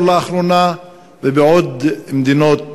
לאחרונה ובעוד מדינות בארצות-הברית.